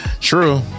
True